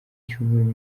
cyumweru